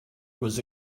was